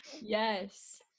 yes